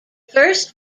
first